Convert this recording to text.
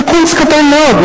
זה קונץ קטן מאוד.